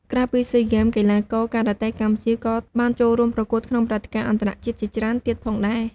ក្រៅពីស៊ីហ្គេម កីឡាករការ៉ាតេកម្ពុជាក៏បានចូលរួមប្រកួតក្នុងព្រឹត្តិការណ៍អន្តរជាតិជាច្រើនទៀតផងដែរ។